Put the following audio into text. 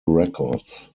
records